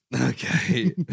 Okay